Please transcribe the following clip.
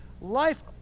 life